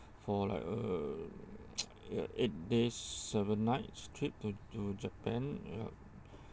for like uh ya eight days seven nights trip to to japan yup